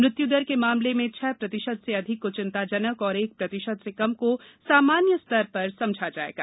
मृत्य्दर के मामले में छह प्रतिशत से अधिक को चिंताजनक और एक प्रतिशत से कम को सामान्य स्तर समझा जाएगा